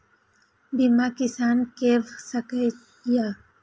बीमा किसान कै भ सके ये?